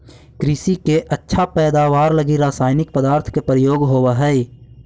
कृषि के अच्छा पैदावार लगी रसायनिक पदार्थ के प्रयोग होवऽ हई